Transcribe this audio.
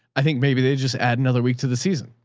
i think maybe they just add another week to the season,